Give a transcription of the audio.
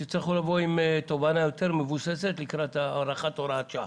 שתצטרכו לבוא עם תובנה יותר מבוססת לקראת הארכת הוראת השעה.